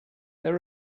there